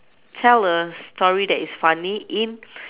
tell a story that is funny in